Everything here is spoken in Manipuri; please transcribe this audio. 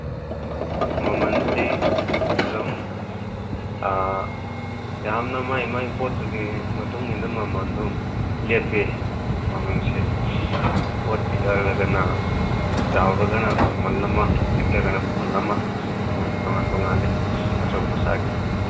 ꯎꯝ ꯃꯃꯟꯁꯦ ꯑꯗꯨꯝ ꯌꯥꯝꯅ ꯃꯥꯒꯤ ꯃꯥꯒꯤ ꯄꯣꯠꯇꯨꯒꯤ ꯃꯇꯨꯡꯏꯟ ꯃꯃꯟꯗꯣ ꯂꯦꯞꯄꯤ ꯃꯃꯟꯁꯦ ꯄꯣꯠ ꯄꯤꯛꯑꯒꯅ ꯆꯥꯎꯔꯒꯅ ꯃꯃꯟ ꯑꯃ ꯄꯤꯛꯂꯒꯅ ꯃꯃꯟ ꯑꯃ ꯃꯃꯜ ꯇꯣꯉꯥꯜ ꯇꯣꯉꯥꯜꯂꯤ ꯑꯆꯧ ꯃꯆꯥꯒꯤ